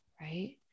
Right